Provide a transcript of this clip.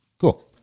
Cool